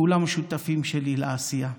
כולם שותפים שלי לעשייה.